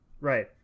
Right